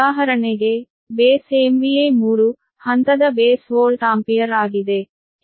ಉದಾಹರಣೆಗೆ base MVA 3 ಹಂತದ base volt ampere ಆಗಿದೆ